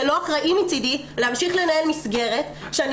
זה לא אחראי מצדי להמשיך לנהל מסגרת שאני